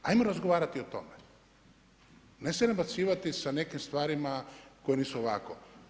Ajmo razgovarati o tome, ne se nabacivati s nekim stvarima koje nisu ovako.